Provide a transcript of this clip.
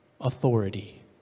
authority